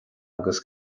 agus